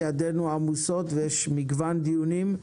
ידינו עמוסות ויש מגוון דיונים.